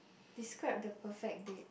describe the perfect date